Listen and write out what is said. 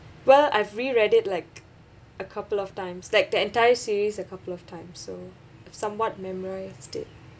well I've reread it like a couple of times that the entire series a couple of time so I somewhat memorised it